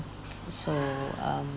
so um